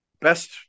best